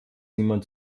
niemand